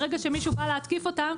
ברגע שמישהו בא להתקיף אותם,